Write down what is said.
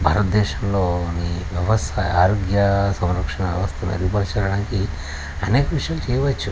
భారతదేశంలోని వ్యవస్థ ఆరోగ్య సంరక్షణ వ్యవస్థ మెరుగు పరచడానికి అనేక విషయాలు చేయవచ్చు